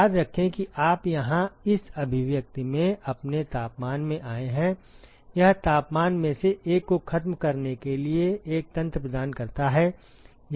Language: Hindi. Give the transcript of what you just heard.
याद रखें कि आप यहां इस अभिव्यक्ति में अपने तापमान में आए हैं यह तापमान में से एक को खत्म करने के लिए एक तंत्र प्रदान करता है